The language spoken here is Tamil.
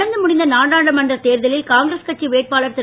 நடந்து முடிந்த நாடாளுமன்றத் தேர்தலில் காங்கிரஸ் கட்சி வேட்பாளர் திரு